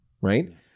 right